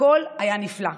הכול היה נפלא,